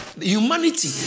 Humanity